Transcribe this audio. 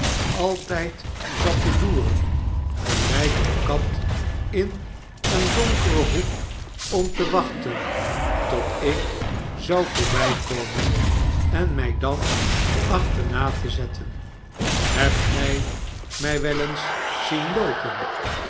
altijd zat te loeren gelijk eene kat in een donkeren hoek om te wachten tot ik zou voorbijkomen en mij dan achterna te zetten hebt gij mij wel eens zkn loopen